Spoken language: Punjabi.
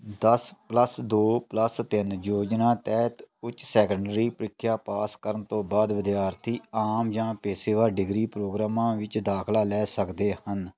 ਦਸ ਪਲੱਸ ਦੋ ਪਲੱਸ ਤਿੰਨ ਯੋਜਨਾ ਤਹਿਤ ਉੱਚ ਸੈਕੰਡਰੀ ਪ੍ਰੀਖਿਆ ਪਾਸ ਕਰਨ ਤੋਂ ਬਾਅਦ ਵਿਦਿਆਰਥੀ ਆਮ ਜਾਂ ਪੇਸ਼ੇਵਰ ਡਿਗਰੀ ਪ੍ਰੋਗਰਾਮਾਂ ਵਿੱਚ ਦਾਖਲਾ ਲੈ ਸਕਦੇ ਹਨ